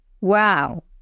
Wow